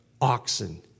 oxen